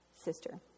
sister